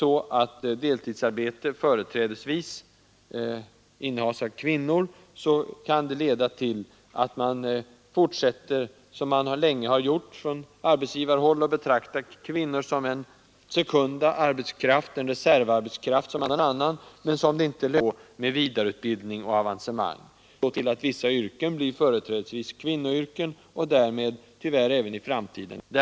Om deltidsarbete företrädesvis innehas av kvinnor, kan det leda till att man på arbetsgivarhåll fortsätter att, som man länge har gjort, betrakta kvinnor som sekunda arbetskraft, reservarbetskraft som man tar till när man inte kan få någon annan, men som det inte lönar sig att satsa på när det gäller vidareutbildning och avancemang. Det leder då också till att vissa yrken blir företrädesvis kvinnoyrken och därmed tyvärr även i framtiden lågavlönade.